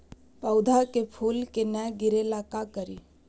पौधा के फुल के न गिरे ला का करि?